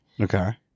Okay